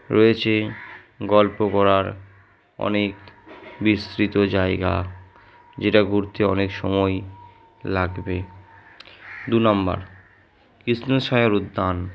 রয়েছে গল্প করার অনেক বিস্তৃত জায়গা যেটা ঘুরতে অনেক সময় লাগবে দু নাম্বার কৃষ্ণসায়র উদ্যান